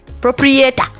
Proprietor